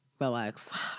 relax